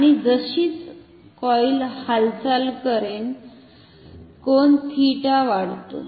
आणि जशीच कॉइल हालचाल करेल कोन थिटा वाढतो